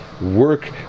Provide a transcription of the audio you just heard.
work